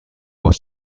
was